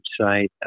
website